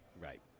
Right